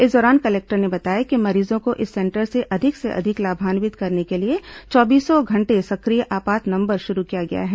इस दौरान कलेक्टर ने बताया कि मरीजों को इस सेंटर से अधिक से अधिक लाभान्वित करने के लिए चौबीसों घंटे सक्रिय आपात नंबर शुरू किया गया है